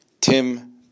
Tim